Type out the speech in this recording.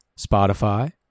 Spotify